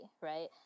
Right